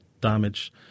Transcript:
damage